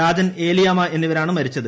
രാജൻ ഏലിയാമ്മ എന്നിവരാണ് മരിച്ചത്